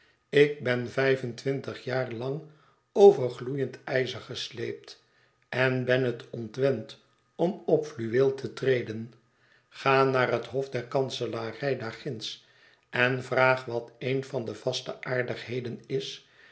ik ben vijf en twintig jaar lang over gloeiend ijzer gesleept en ben het ontwend om op fluweel te treden ga naar het hof der kanselarij daar ginds en vraag wat een van de vaste aardigheden is